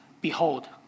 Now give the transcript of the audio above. Behold